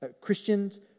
Christians